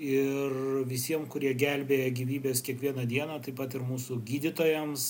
ir visiem kurie gelbėja gyvybes kiekvieną dieną taip pat ir mūsų gydytojams